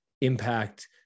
impact